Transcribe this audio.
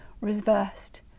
reversed